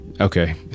okay